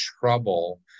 trouble